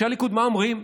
אנשי הליכוד מה אומרים?